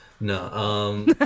no